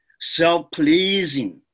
self-pleasing